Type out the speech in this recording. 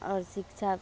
और शिक्षा